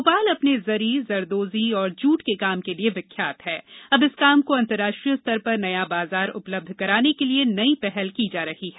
भोपाल अपने जरी जुरदोजी और जूट के काम के लिए विख्यात है अब इस काम को अन्तर्राष्ट्रीय स्तर पर नया बाजार उपलब्ध कराने के लिए नई पहल की जा रही है